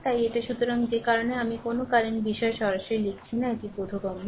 তাই এটা সুতরাং যে কারণে আমি কোনও কারেন্ট বিষয় সরাসরি লিখছি না এটি বোধগম্য